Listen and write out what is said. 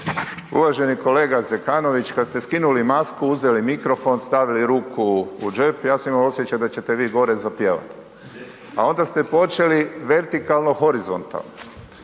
Uvaženi kolega Zekanović, kad ste skinuli masku, uzeli mikrofon, stavili ruku u džep, ja sam imao osjećaj da ćete vi gore zapjevat, a onda ste počeli vertikalno horizontalno,